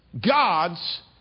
god's